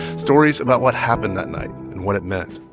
stories about what happened that night and what it meant.